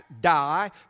die